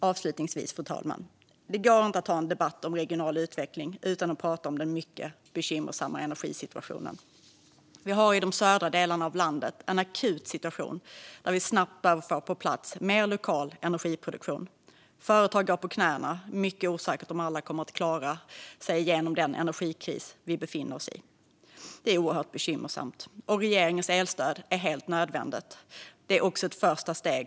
Fru talman! Det går inte att ha en debatt om regional utveckling utan att prata om den mycket bekymmersamma energisituationen. I de södra delarna av landet är situationen akut, och mer lokal energiproduktion behöver snabbt komma på plats. Företag går på knäna, och det är mycket osäkert om alla kommer att klara sig igenom den energikris vi befinner oss i. Det är oerhört bekymmersamt. Regeringens elstöd är helt nödvändigt och också ett första steg.